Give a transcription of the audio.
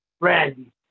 Randy